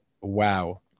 wow